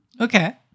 Okay